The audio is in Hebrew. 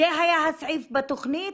זה היה סעיף בתכנית